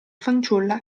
fanciulla